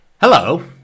Hello